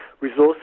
resources